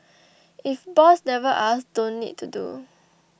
if boss never asks don't need to do